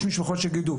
יש משפחות שיגידו,